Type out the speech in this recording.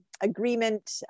agreement